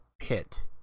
pit